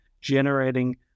generating